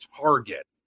target